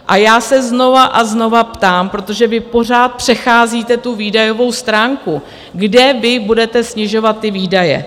A já se znovu a znovu ptám, protože vy pořád přecházíte tu výdajovou stránku, kde vy budete snižovat ty výdaje?